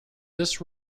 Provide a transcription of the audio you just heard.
this